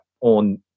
on